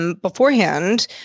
beforehand